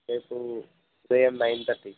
రేపు ఉదయం nine thirty